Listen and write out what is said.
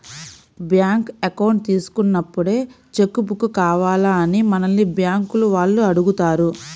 bank account తీసుకున్నప్పుడే cheque book కావాలా అని మనల్ని బ్యేంకుల వాళ్ళు అడుగుతారు